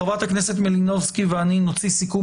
חברת הכנסת מלינובסקי ואני נוציא סיכום